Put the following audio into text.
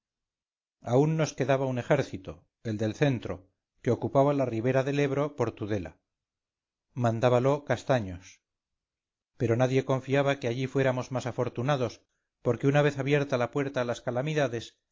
aún nos quedaba un ejército el del centro que ocupaba la ribera del ebro por tudela mandábalo castaños pero nadie confiaba que allí fuéramos más afortunados porque una vez abierta la puerta a las calamidades